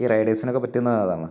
ഈ റൈഡേഴ്സിനൊക്കെ പറ്റുന്നത് അതാണ്